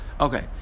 Okay